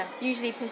Usually